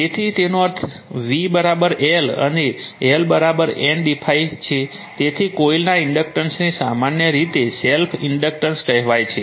તેથી તેનો અર્થ v L અને L N d∅ છે તેથી કોઇલના ઇન્ડક્ટન્સને સામાન્ય રીતે સેલ્ફ ઇન્ડક્ટન્સ કહેવાય છે